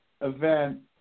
event